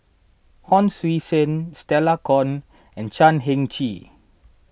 Hon Sui Sen Stella Kon and Chan Heng Chee